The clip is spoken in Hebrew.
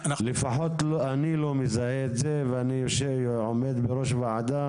אני לפחות לא מזהה את זה ואני עומד בראש ועדה